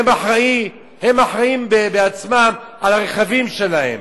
והם אחראים בעצמם על הרכבים שלהם.